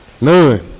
none